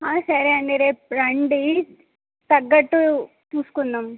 సరే అండి రేపు రండి తగ్గట్టు చూసుకుందాం